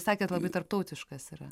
sakėt labai tarptautiškas yra